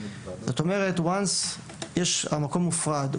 וואנס, המקום מופרד.